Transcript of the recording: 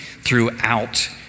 throughout